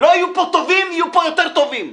לא יהיו פה טובים ויותר טובים.